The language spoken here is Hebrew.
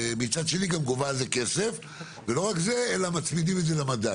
ומצד שני גם גובה על זה כסף וגם מצמידים את זה למדד.